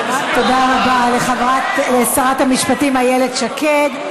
תודה רבה לשרת המשפטים איילת שקד.